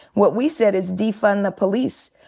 what we said is, defund the police.